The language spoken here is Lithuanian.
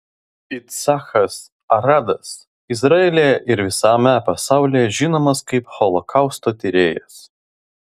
yitzhakas aradas izraelyje ir visame pasaulyje žinomas kaip holokausto tyrėjas